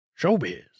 Showbiz